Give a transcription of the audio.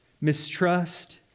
mistrust